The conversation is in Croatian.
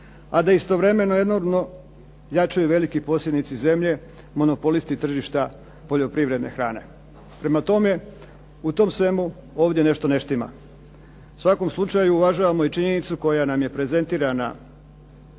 a da istovremeno enormno jačaju veći posjednici zemlje, monopolisti tržišta poljoprivredne hrane. Prema tome u tom svemu ovdje nešto ne štima. U svakom slučaju uvažavamo i činjenicu koja nam je prezentirana